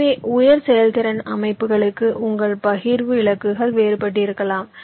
எனவே உயர் செயல்திறன் அமைப்புகளுக்கு உங்கள் பகிர்வு இலக்குகள் வேறுபட்டிருக்கலாம்